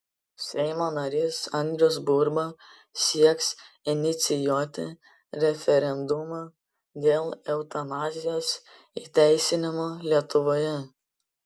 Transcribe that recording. seimo narys andrius burba sieks inicijuoti referendumą dėl eutanazijos įteisinimo lietuvoje